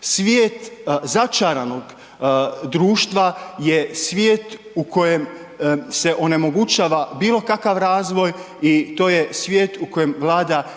svijet začaranog društva je svijet u kojem se onemogućava bilo kakav razvoj i to je svijet u kojem vlada